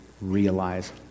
realize